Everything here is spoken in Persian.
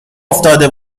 افتاده